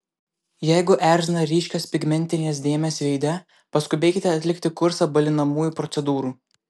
jeigu erzina ryškios pigmentinės dėmės veide paskubėkite atlikti kursą balinamųjų procedūrų